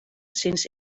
sinds